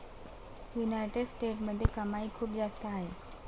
United स्टेट्समध्ये कमाई खूप जास्त आहे